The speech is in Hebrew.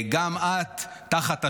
גם את תחת השבתה.